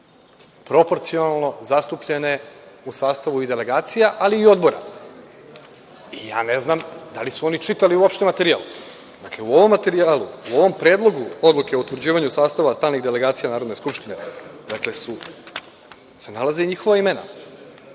proporcionalno zastupljene u sastavu i delegacija, ali i odbora.I ja ne znam da li su oni čitali uopšte materijal. Dakle, u ovom materijalu, u ovom predlogu odluke o utvrđivanju sastava stalnih delegacija Narodne skupštine, nalaze se njihova imena.